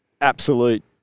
absolute